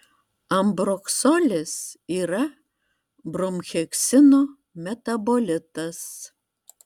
ambroksolis yra bromheksino metabolitas